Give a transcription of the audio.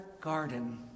garden